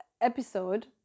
episode